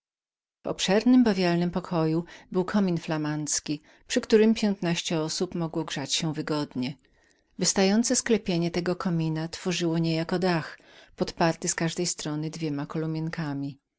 obszernym bawialnym pokoju był komin flamandzki przy którym piętnaście osób mogło grzać się wygodnie wystające sklepienie tego komina tworzyło niejako dach podparty z każdej strony dwoma